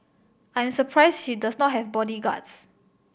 I am surprised she does not have bodyguards